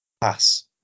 pass